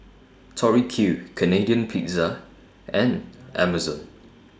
Tori Q Canadian Pizza and Amazon